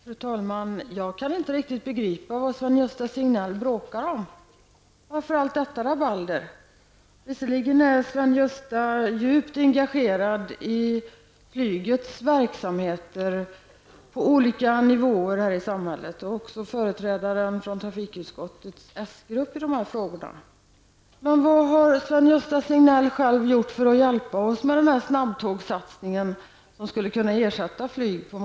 Fru talman! Jag kan inte riktigt begripa vad Sven Gösta Signell bråkar om. Varför allt detta rabalder? Visserligen är Sven-Gösta Signell djupt engagerad i flygets verksamheter på olika nivåer här i samhället och är också företrädare för trafikutskottets s-grupp i dessa frågor. Men vad har Sven-Gösta Signell själv gjort för att hjälpa oss med den snabbtågsatsning som på många ställen skulle kunna ersätta flyget?